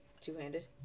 Two-handed